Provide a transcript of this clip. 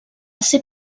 ser